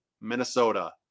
Minnesota